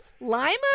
Lima